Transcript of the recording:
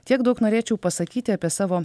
tiek daug norėčiau pasakyti apie savo